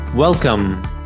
Welcome